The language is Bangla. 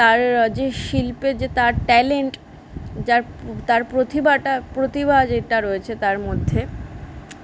তার যে শিল্পে যে তার ট্যালেন্ট যার তার প্রতিভাটা প্রতিভা যেটা রয়েছে তার মধ্যে